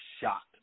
shocked